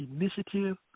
Initiative